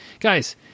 Guys